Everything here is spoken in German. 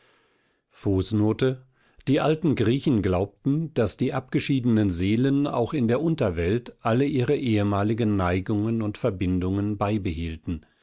die alten griechen glaubten daß die abgeschiedenen seelen auch in der unterwelt alle ihre ehemaligen neigungen und verbindungen beibehielten